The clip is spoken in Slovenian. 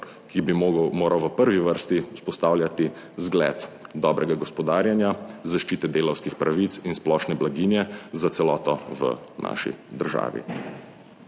ki bi moral v prvi vrsti vzpostavljati zgled dobrega gospodarjenja, zaščite delavskih pravic in splošne blaginje za celoto v naši državi.